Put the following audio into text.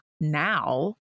now